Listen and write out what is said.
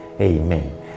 Amen